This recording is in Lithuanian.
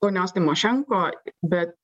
ponios tymošenko bet